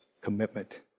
commitment